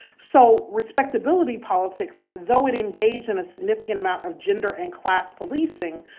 so respectability politics, though it engaged in a significant amount of gender and class policing,